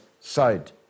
side